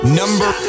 number